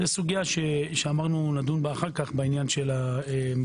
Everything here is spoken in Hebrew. זו סוגיה שאמרנו שנדון בה אחר כך בעניין של מתן